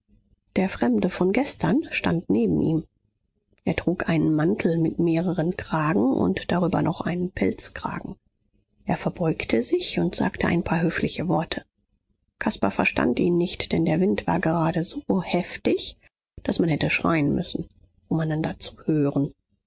der fremde von gestern stand neben ihm er trug einen mantel mit mehreren kragen und darüber noch einen pelzkragen er verbeugte sich und sagte ein paar höfliche worte caspar verstand ihn nicht denn der wind war gerade so heftig daß man hätte schreien müssen um einander zu hören